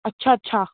ਅੱਛਾ ਅੱਛਾ